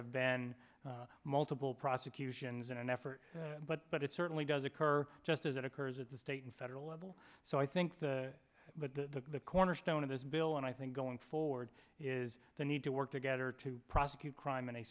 have been multiple prosecutions in an effort but but it certainly does occur just as it occurs at the state and federal level so i think the but the cornerstone of this bill and i think going forward is the need to work together to prosecute crime